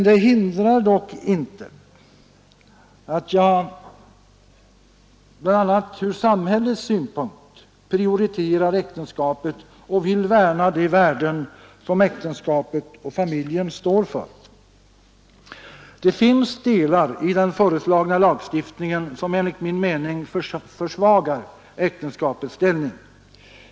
Det hindrar dock inte att jag bl.a. från samhällets synpunkt prioriterar äktenskapet och vill värna om de värden som äktenskapet och familjen står för. Det finns delar i den föreslagna lagstiftningen som enligt min mening försvagar äktenskapets ställning.